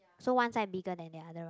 so one side bigger than the other right